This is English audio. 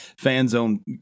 fanzone